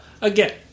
again